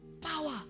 Power